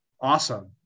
awesome